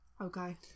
Okay